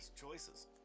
choices